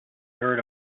heard